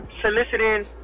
soliciting